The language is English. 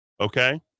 okay